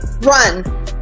run